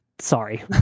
Sorry